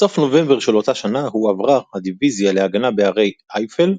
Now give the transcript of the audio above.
בסוף נובמבר של אותה שנה הועברה הדיוויזיה להגנה בהרי אייפל,